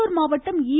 வேலூர் மாவட்டம் ஈ